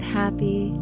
happy